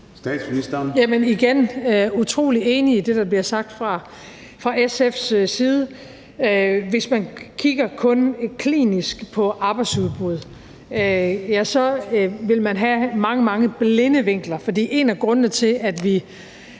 jeg sige, at jeg er utrolig enig i det, der bliver sagt fra SF's side. Hvis man kun kigger klinisk på arbejdsudbud, vil man have mange, mange blinde vinkler. For en af grundene til, at vi